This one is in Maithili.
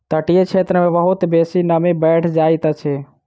तटीय क्षेत्र मे बहुत बेसी नमी बैढ़ जाइत अछि